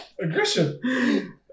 aggression